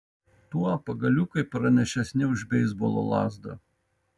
tuo pagaliukai pranašesni už beisbolo lazdą